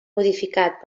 modificat